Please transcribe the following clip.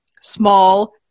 small